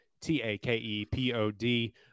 t-a-k-e-p-o-d